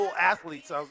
athletes